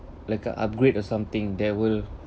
like a upgrade or something that will